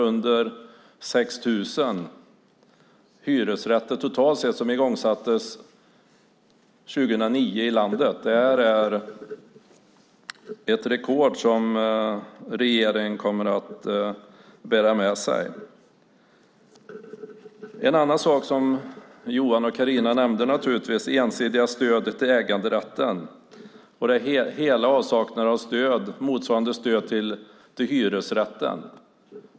Totalt igångsattes byggandet av knappt 6 000 hyresrätter 2009. Det är ett rekord som regeringen kommer att bära med sig. En annan sak som Johan Löfstrand och Carina Moberg nämnde var det ensidiga stödet till äganderätten och en total avsaknad av motsvarande stöd till hyresrätten.